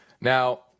Now